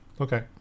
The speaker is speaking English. Okay